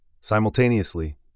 Simultaneously